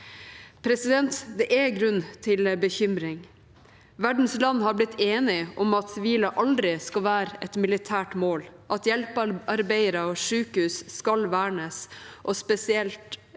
sikkerhet. Det er grunn til bekymring. Verdens land har blitt enige om at sivile aldri skal være et militært mål, at hjelpearbeidere og sykehus skal vernes, og spesielt